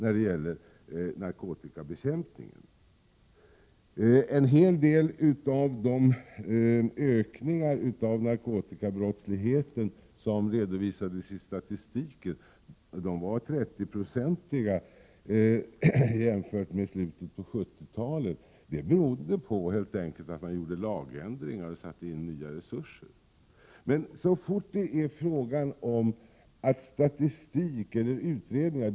I statistiken redovisas i en del fall 30-procentiga ökningar av narkotikabrottsligheten jämfört med i slutet av 1970-talet. Det beror helt enkelt på att man har gjort lagändringar och satt in nya resurser. Men så fort det är fråga om statistik som inte passar in i ett borgerligt schema underkänner man den.